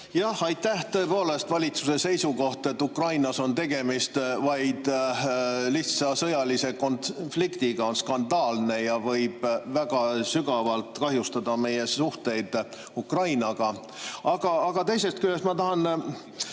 Jah, aitäh! Tõepoolest, valitsuse seisukoht, et Ukrainas on tegemist vaid lihtsa sõjalise konfliktiga, on skandaalne ja võib väga sügavalt kahjustada meie suhteid Ukrainaga. Aga teisest küljest ma tahan